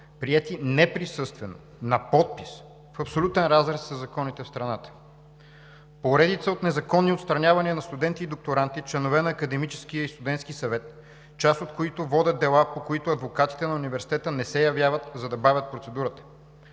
приети неприсъствено, на подпис, в абсолютен разрез със законите в страната. Поредица от незаконни отстранявания на студенти и докторанти, членове на Академическия и Студентския съвет, част от които водят дела, по които адвокатите на университета не се явяват, за да бавят процедурата.